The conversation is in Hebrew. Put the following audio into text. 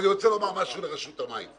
אני רוצה לומר מילה לרשות המים: